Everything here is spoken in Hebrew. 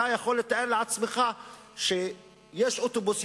אתה יכול לתאר לעצמך שיש אוטובוס,